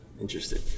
interesting